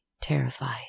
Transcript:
terrified